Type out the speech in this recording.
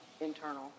internal